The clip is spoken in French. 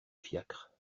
fiacre